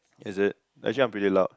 is it actually I'm pretty loud